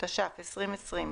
התש"ף-2020,